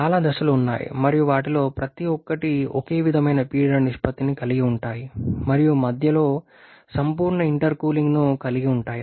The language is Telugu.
చాలా దశలు ఉన్నాయి మరియు వాటిలో ప్రతి ఒక్కటి ఒకే విధమైన పీడన నిష్పత్తిని కలిగి ఉంటాయి మరియు మధ్యలో సంపూర్ణ ఇంటర్కూలింగ్ను కలిగి ఉంటాయి